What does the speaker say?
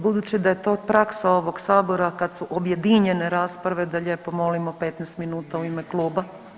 Budući da je to praksa ovog sabora kad su objedinjene rasprave da lijepo molimo 15 minuta u ime kluba.